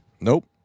Nope